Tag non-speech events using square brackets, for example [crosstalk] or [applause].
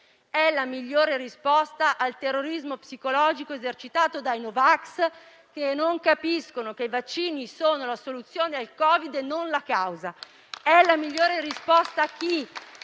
è la migliore risposta al terrorismo psicologico esercitato dai no vax, i quali non capiscono che i vaccini sono la soluzione al Covid e non la causa. [applause] È la migliore risposta a chi,